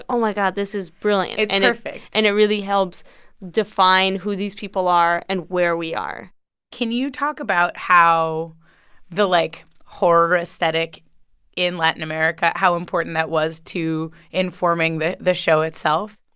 oh, my god. this is brilliant and it's perfect and it really helps define who these people are and where we are can you talk about how the, like, horror aesthetic in latin america how important that was to informing the the show itself?